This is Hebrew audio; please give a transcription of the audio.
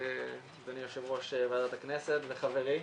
אדוני יושב-ראש ועדת הכנסת וחברי,